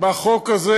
בחוק הזה,